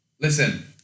Listen